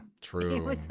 true